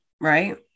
Right